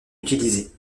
utilisée